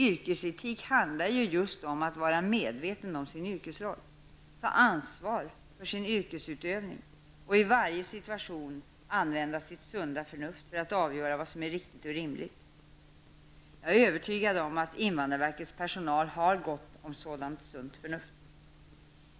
Yrkesetik handlar just om att vara medveten om sin yrkesroll, ta ansvar för sin yrkesutövning och i varje situation använda sitt sunda förnuft för att avgöra vad som är riktigt och rimligt. Jag är övertygad om att invandrarverkets personal har gott om sådant sunt förnuft.